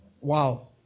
Wow